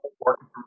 working